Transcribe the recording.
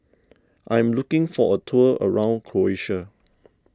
I am looking for a tour around Croatia